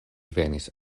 venis